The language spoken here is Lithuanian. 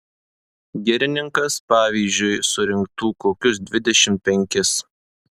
girininkas pavyzdžiui surinktų kokius dvidešimt penkis